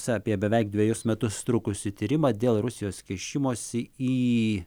apie beveik dvejus metus trukusį tyrimą dėl rusijos kišimosi į